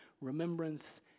remembrance